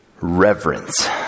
reverence